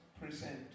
present